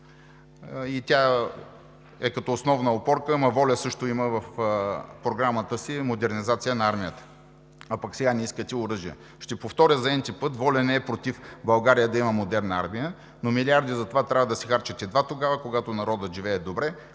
и тя е като основна опорка: но ВОЛЯ също има в програмата си модернизация на армията, а пък сега не искате оръжия. Ще повторя за n-ти път – ВОЛЯ не е против България да има модерна армия, но милиарди за това трябва да се харчат едва тогава, когато народът живее добре,